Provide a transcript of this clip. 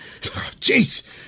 Jeez